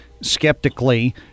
skeptically